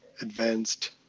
advanced